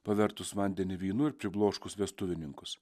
pavertus vandenį vynu ir pribloškus vestuvininkus